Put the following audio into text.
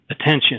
attention